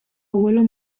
abuelo